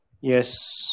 Yes